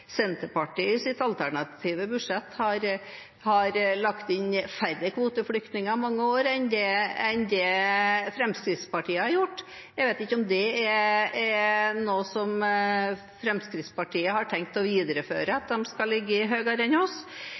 Senterpartiet i sitt alternative budsjett i mange år har lagt inn færre kvoteflyktninger enn det Fremskrittspartiet har gjort. Jeg vet ikke om det er noe som Fremskrittspartiet har tenkt til å videreføre, at de skal ligge høyere enn oss.